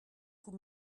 vous